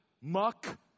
muck